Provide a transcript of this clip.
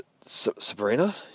Sabrina